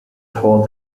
for